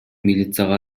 милицияга